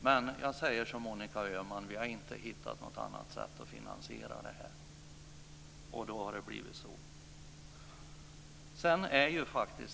Men jag säger som Monica Öhman: Vi har inte hittat något annat sätt att lösa finansieringen på, och då har det blivit så.